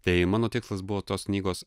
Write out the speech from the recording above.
tai mano tikslas buvo tos knygos